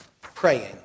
praying